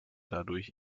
dadurch